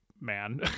man